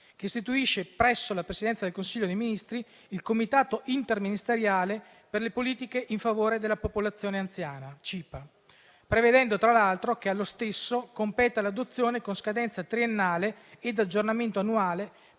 che istituisce presso la Presidenza del Consiglio dei ministri il Comitato interministeriale per le politiche in favore della popolazione anziana (CIPA), prevedendo tra l'altro che allo stesso competa l'adozione con scadenza triennale e aggiornamento annuale,